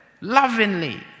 lovingly